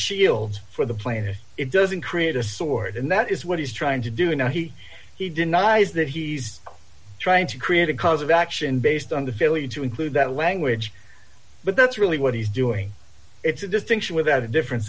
shield for the plaintiff it doesn't create a sword and that is what he's trying to do and he he denies that he's trying to create a cause of action based on the failure to include that language but that's really what he's doing it's a distinction without a differen